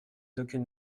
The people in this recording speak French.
d’aucune